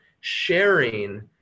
sharing